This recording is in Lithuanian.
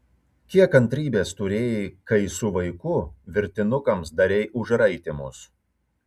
kiek kantrybės turėjai kai su vaiku virtinukams darei užraitymus